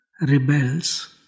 rebels